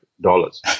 dollars